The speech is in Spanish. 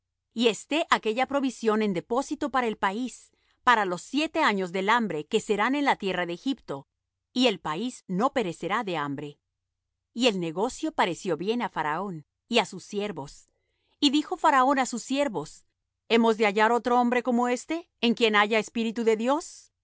y esté aquella provisión en depósito para el país para los siete años del hambre que serán en la tierra de egipto y el país no perecerá de hambre y el negocio pareció bien á faraón y á sus siervos y dijo faraón á sus siervos hemos de hallar otro hombre como éste en quien haya espíritu de dios